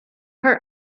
her